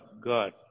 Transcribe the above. God